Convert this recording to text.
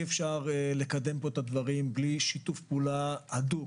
אפשר לקדם אתה דברים בלי שיתוף פעולה הדוק